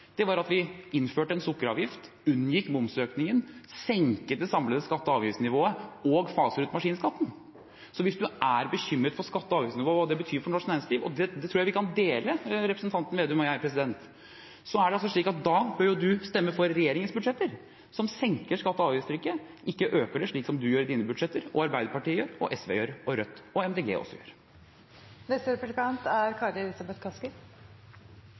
var at vi innførte en sukkeravgift, unngikk momsøkningen, senket det samlede skatte- og avgiftsnivået og faset ut maskinskatten. Så hvis man er bekymret for skatte- og avgiftsnivået og hva det betyr for norsk næringsliv, og det tror jeg vi kan dele, representanten Slagsvold Vedum og jeg, da bør man jo stemme for regjeringens budsjetter, som senker skatte- og avgiftstrykket, ikke øker det – slik som representanten gjør i sine budsjetter, Arbeiderpartiet gjør, SV gjør, Rødt gjør og MDG også